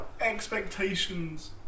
expectations